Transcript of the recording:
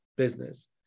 Business